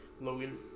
Logan